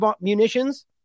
munitions